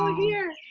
um here.